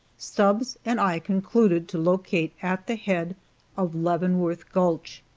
stubbs and i concluded to locate at the head of leavenworth gulch,